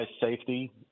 safety